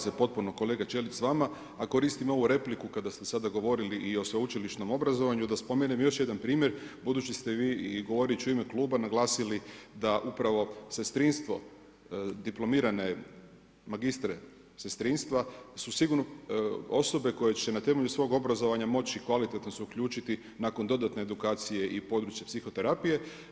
Slažem se potpuno kolega Ćelić s vama, a koristim ovu repliku kada ste sada govorili i o sveučilišnom obrazovanju, da spomenem još jedna primjer budući ste vi i govorit ću u ime kluba naglasiti da upravo sestrinstvo, diplomirane magistre sestrinstva su sigurno osobe koje će na temelju svog obrazovanja moći kvalitetno se uključiti nakon dodatne edukacije i područja psihoterapije.